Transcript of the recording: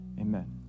amen